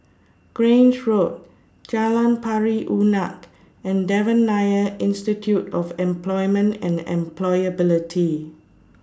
Grange Road Jalan Pari Unak and Devan Nair Institute of Employment and Employability